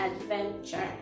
adventure